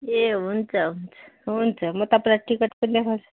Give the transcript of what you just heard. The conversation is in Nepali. ए हुन्छ हुन्छ हुन्छ म तपाईँलाई टिकट पनि देखाउँछु